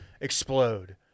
explode